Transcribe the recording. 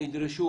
נדרשו